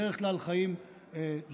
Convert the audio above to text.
בדרך כלל חיים בזוגות,